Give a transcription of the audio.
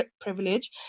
privilege